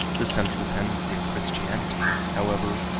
the central tendency of christianity, however,